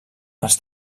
els